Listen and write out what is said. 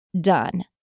Done